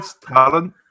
talent